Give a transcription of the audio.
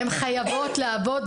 הן חייבות לעבוד,